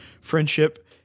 Friendship